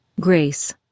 Grace